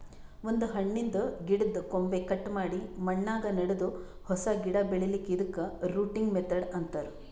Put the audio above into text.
ಒಂದ್ ಹಣ್ಣಿನ್ದ್ ಗಿಡದ್ದ್ ಕೊಂಬೆ ಕಟ್ ಮಾಡಿ ಮಣ್ಣಾಗ ನೆಡದು ಹೊಸ ಗಿಡ ಬೆಳಿಲಿಕ್ಕ್ ಇದಕ್ಕ್ ರೂಟಿಂಗ್ ಮೆಥಡ್ ಅಂತಾರ್